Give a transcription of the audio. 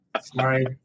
Sorry